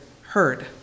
heard